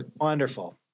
wonderful